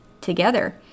together